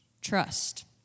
trust